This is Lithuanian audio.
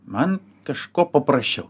man kažko paprasčiau